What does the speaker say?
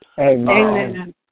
Amen